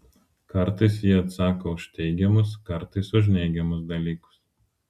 kartais ji atsako už teigiamus kartais už neigiamus dalykus